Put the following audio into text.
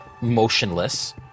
motionless